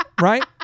right